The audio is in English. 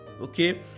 okay